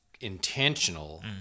intentional